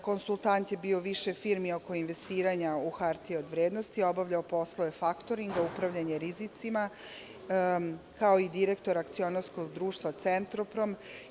Konsultant je bio u više firmi oko investiranja u hartije od vrednosti, a obavljao poslove faktoringa, upravljanja rizicima, kao i direktor akcionarskog društva „Centroprom“